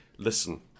Listen